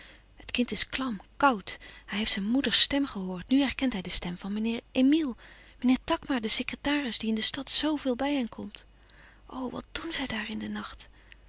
het kind is klam koud hij heeft zijn moeders stem gehoord nu herkent hij de stem van meneer emile meneer takma den sekretaris die in de stad zoo veel bij hen komt o wat doen zij daar in den nacht